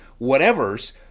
whatevers